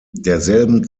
derselben